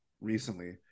recently